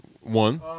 One